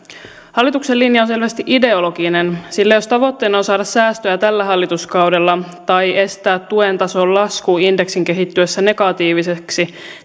hallituksen linjaus on selvästi ideologinen sillä jos tavoitteena on saada säästöä tällä hallituskaudella tai estää tuen tason lasku indeksin kehittyessä negatiiviseksi